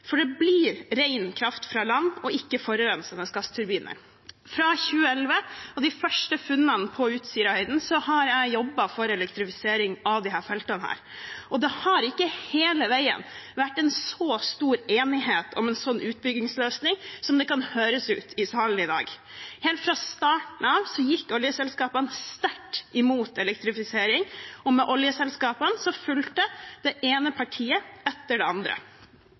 for det blir ren kraft fra land og ikke forurensende gassturbiner. Fra 2011 og de første funnene på Utsira-høyden har jeg jobbet for elektrifisering av disse feltene, og det har ikke hele veien vært en så stor enighet om en slik utbyggingsløsning som det kan høres ut som her i salen i dag. Helt fra starten av gikk oljeselskapene sterkt imot elektrifisering, og med oljeselskapene fulgte det ene partiet etter det andre.